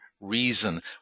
reason